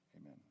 Amen